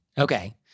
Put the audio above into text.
Okay